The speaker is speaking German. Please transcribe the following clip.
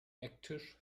ecktisch